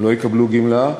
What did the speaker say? הם לא יקבלו גמלה,